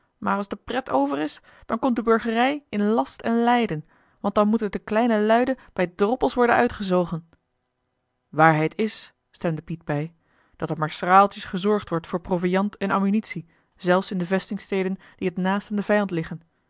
maar als de pret over is dan komt de burgerij in last en lijden want dan moet het den kleinen luiden bij droppels worden uitgezogen waarheid is stemde piet bij dat er maar schraaltjes gezorgd wordt voor proviand en ammunitie zelfs in de vestingsteden die t naast aan den vijand liggen